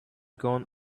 gone